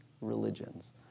religions